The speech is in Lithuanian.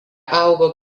augo